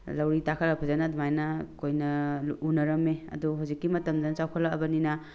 ꯂꯧꯔꯤ ꯇꯥꯈꯠꯂꯒ ꯐꯖꯅ ꯑꯗꯨꯃꯥꯏꯅ ꯑꯩꯈꯣꯏꯅ ꯎꯅꯔꯝꯃꯦ ꯑꯗꯣ ꯍꯧꯖꯤꯛꯀꯤ ꯃꯇꯝꯗ ꯆꯥꯎꯈꯠꯂꯛꯑꯕꯅꯤꯅ